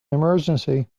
emergency